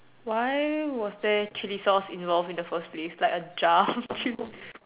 why was there chill sauce in your the first place like a jar of chill sauce